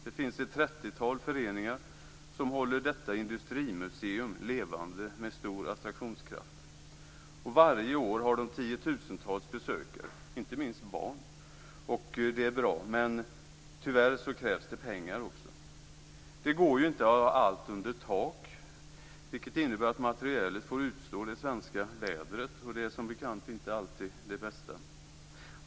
Det finns ett trettiotal föreningar som med stor attraktionskraft håller detta industrimuseum levande. Varje år har det tiotusentals besökare, inte minst barn. Det är bra, men tyvärr krävs det pengar också. Det går ju inte att ha allt under tak, vilket innebär att materielen får stå ut med det svenska vädret, och det är som bekant inte alltid det bästa.